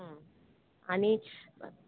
आनी